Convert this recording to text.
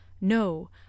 no